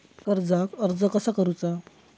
कर्जाक अर्ज कसा करुचा?